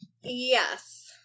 Yes